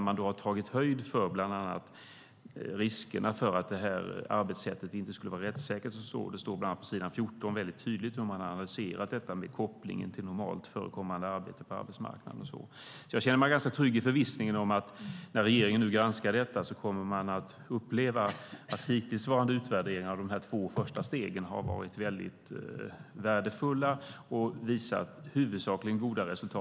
Man har tagit höjd för riskerna för att arbetssättet inte skulle vara rättssäkert. Det framkommer tydligt på s. 14 hur man har adresserat frågan med koppling till normalt förekommande arbete på arbetsmarknaden. Jag känner mig trygg i förvissningen om att regeringens granskning av frågan kommer att visa att hittillsvarande utvärderingar av det två första stegen har varit värdefulla och att de kommer att visa huvudsakligen goda resultat.